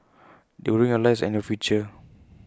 they will ruin your lives and your future